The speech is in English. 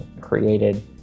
created